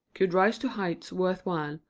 could rise to heights worth while,